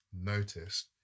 noticed